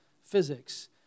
physics